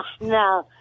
No